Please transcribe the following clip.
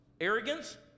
Arrogance